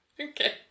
Okay